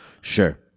Sure